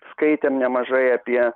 skaitėm nemažai apie